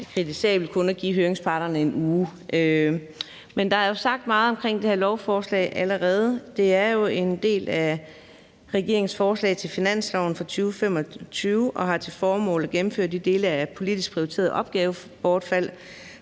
også er kritisabelt, altså kun at give høringsparterne en uge. Der er jo sagt meget omkring det her lovforslag allerede. Det er jo en del af regeringens forslag til finansloven for 2025 og har til formål at gennemføre de dele af politisk prioriteret opgavebortfald